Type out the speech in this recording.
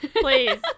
please